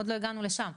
עוד לא הגענו לשם.